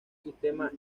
sistema